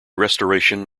restoration